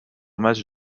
match